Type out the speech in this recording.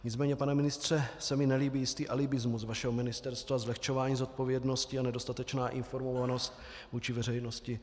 Nicméně, pane ministře, se mi nelíbí jistý alibismus vašeho ministerstva, zlehčování zodpovědnosti a nedostatečná informovanost vůči veřejnosti.